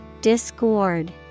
Discord